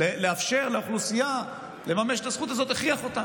לאפשר לאוכלוסייה לממש את הזכות הזאת, הכריח אותן.